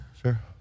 Sure